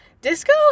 disco